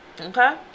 Okay